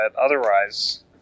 otherwise